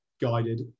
guided